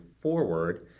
forward